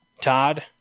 Todd